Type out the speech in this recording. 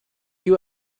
you